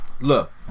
Look